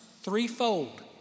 threefold